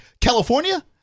California